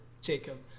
Jacob